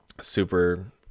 super